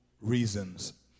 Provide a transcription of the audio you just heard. reasons